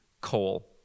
coal